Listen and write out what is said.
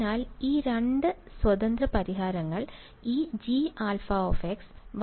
അതിനാൽ ഈ രണ്ട് സ്വതന്ത്ര പരിഹാരങ്ങൾ ഈ Jα Y α എന്നിവയാണ്